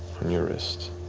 on your wrist.